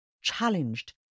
challenged